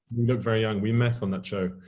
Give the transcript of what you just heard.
look very young. we met on that show.